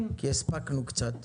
הספקנו קצת.